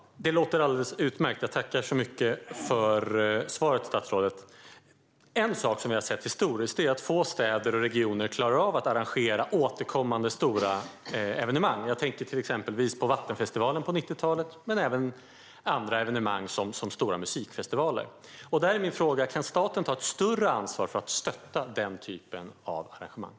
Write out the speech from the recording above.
Fru talman! Det låter alldeles utmärkt. Jag tackar så mycket för svaret, statsrådet. En sak som vi har sett historiskt är att få städer och regioner klarar av att arrangera återkommande stora evenemang. Jag tänker exempelvis på vattenfestivalen på 90-talet men även på andra evenemang som stora musikfestivaler. Då är min fråga: Kan staten ta ett större ansvar för att stötta den typen av arrangemang?